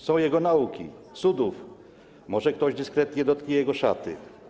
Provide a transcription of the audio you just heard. Są jego nauki, cuda, może ktoś dyskretnie dotknie jego szaty.